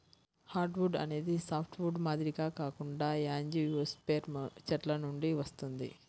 hardwood అనేది softwood మాదిరిగా కాకుండా యాంజియోస్పెర్మ్ చెట్ల నుండి వస్తుంది